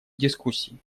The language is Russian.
дискуссий